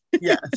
Yes